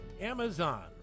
Amazon